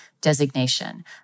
designation